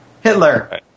Hitler